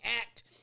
act